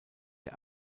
der